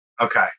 Okay